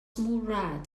murad